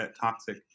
toxic